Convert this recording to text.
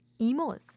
emos